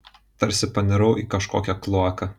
tarsi panirau į kažkokią kloaką